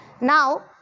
Now